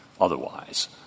otherwise